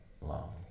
long